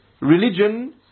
religion